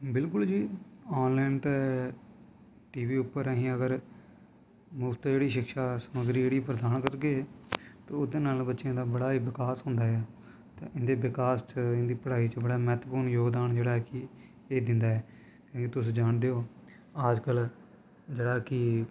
बिल्कुल जी आनलाईन ते टी वी उप्पर असें गी अगर मुख्त जेह्ड़ी शिक्षा समग्री जेह्ड़ी प्रधान करगे ते ओह्दे नाल बच्चेआं दा बड़ा गै विकास होंदा ऐ ते इं'दे विकास च इं'दी पढ़ाई च म्हत्तवपूर्ण योगदान जेह्ड़ा ऐ कि एह् दिंदा ऐ एह् तुस जानदे ओ अजकल्ल जेह्ड़ा कि